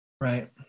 right